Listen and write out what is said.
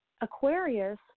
Aquarius